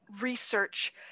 research